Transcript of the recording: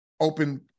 open